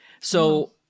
So-